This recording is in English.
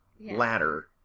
ladder